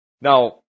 Now